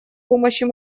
помощью